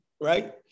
right